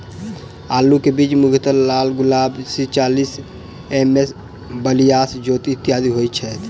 आलु केँ बीज मुख्यतः लालगुलाब, सी चालीस, एम.एस बयालिस, ज्योति, इत्यादि होए छैथ?